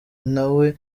nawe